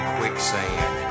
quicksand